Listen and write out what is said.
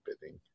bidding